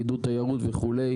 לעידוד תיירות וכו'.